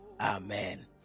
Amen